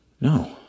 No